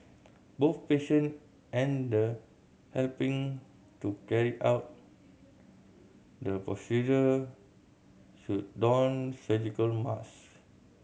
both patient and the helping to carry out the procedure should don surgical mask